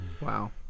Wow